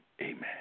amen